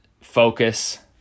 focus